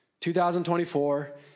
2024